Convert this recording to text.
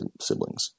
siblings